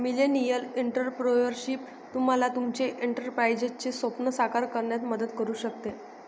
millennial entrepreneurship तुम्हाला तुमचे एंटरप्राइझचे स्वप्न साकार करण्यात मदत करू शकते